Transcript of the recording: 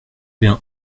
bien